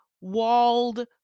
walled